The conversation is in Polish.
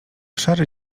szary